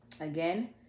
again